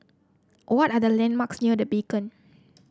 what are the landmarks near The Beacon